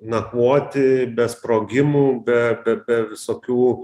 nakvoti be sprogimų be be be visokių